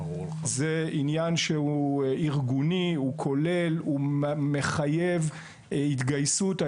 זהו עניין ארגוני וכולל, שמחייב התגייסות.